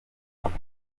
kuri